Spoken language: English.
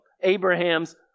Abraham's